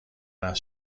است